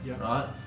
right